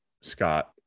scott